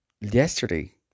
yesterday